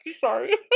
Sorry